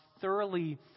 thoroughly